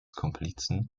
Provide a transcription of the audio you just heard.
komplizen